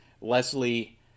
leslie